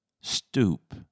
stoop